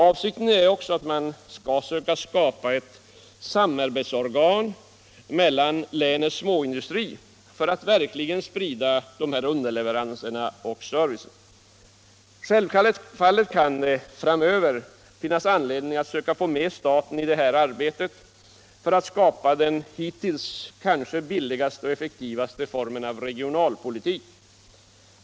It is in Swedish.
Avsikten är även att man skall söka skapa ett samarbetsorgan mellan länets småindustrier för att verkligen sprida underleveranser och service. Självfallet kan det framöver finnas anledning att söka få med staten i det här arbetet för att skapa den hittills kanske billigaste och effektivaste formen av regionalpolitik.